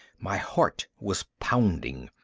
my heart was pounding.